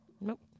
Nope